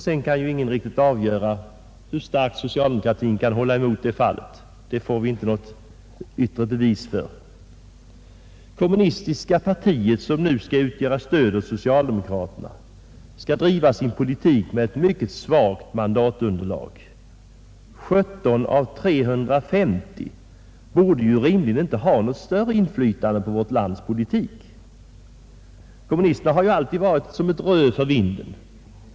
Sedan kan ingen riktigt avgöra hur starkt socialdemokraterna kan hålla emot i det fallet. Det får vi inte något yttre bevis för. Kommunistiska partiet, som nu skall utgöra stöd åt socialdemokraterna, skall driva sin politik med ett mycket svagt mandatunderlag. 17 av 350 borde rimligen inte ha något större inflytande på vårt lands politik. Kommunisterna har alltid varit som ett rö för vinden.